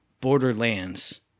Borderlands